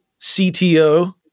CTO